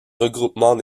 regroupement